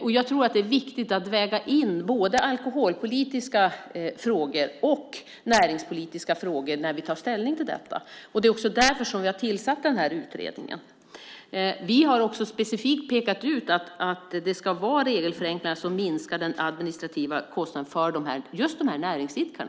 Det är viktigt att väga in både alkoholpolitiska och näringspolitiska frågor när vi tar ställning till detta. Det är också därför som vi tillsatt utredningen. Vi har specifikt pekat på att det ska vara fråga om regelförenklingar som minskar den administrativa kostnaden för just dessa näringsidkare.